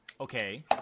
Okay